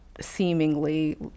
seemingly